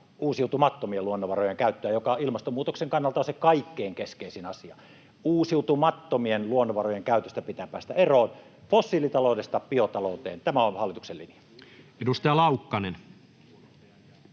uusiutumattomien luonnonvarojen käyttöä, mikä ilmastonmuutoksen kannalta on se kaikkein keskeisin asia. Uusiutumattomien luonnonvarojen käytöstä pitää päästä eroon. Fossiilitaloudesta biotalouteen, tämä on hallituksen linja. [Speech